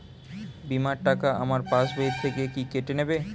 বিমার টাকা আমার পাশ বই থেকে কি কেটে নেবে?